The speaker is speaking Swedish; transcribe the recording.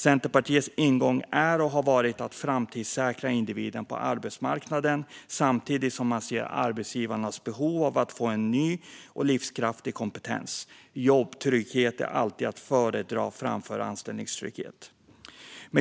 Centerpartiets ingång är och har varit att framtidssäkra individen på arbetsmarknaden samtidigt som man ser arbetsgivarnas behov av att få en ny och livskraftig kompetens. Jobbtrygghet är alltid att föredra framför anställningstrygghet.